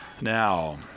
now